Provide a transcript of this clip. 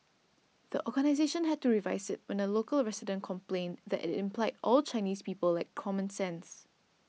the organisation had to revise it when a local resident complained that it implied all Chinese people lacked common sense